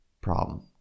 problem